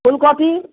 फूलकोपी